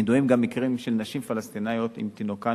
ידועים גם מקרים של נשים פלסטיניות עם תינוקן